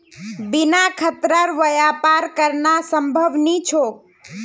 बिना खतरार व्यापार करना संभव नी छोक